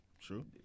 True